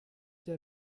der